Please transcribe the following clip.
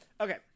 Okay